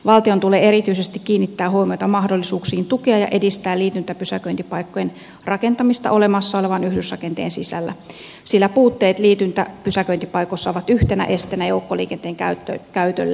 valtion tulee erityisesti kiinnittää huomiota mahdollisuuksiin tukea ja edistää liityntäpysäköintipaikkojen rakentamista olemassa olevan yhdysrakenteen sisällä sillä puutteet liityntäpysäköintipaikoissa ovat yhtenä esteenä joukkoliikenteen käytölle